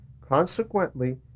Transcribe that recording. Consequently